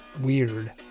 weird